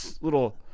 little